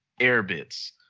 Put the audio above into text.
AirBits